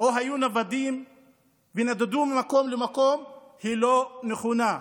או היו נוודים ונדדו ממקום למקום היא לא נכונה.